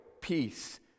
peace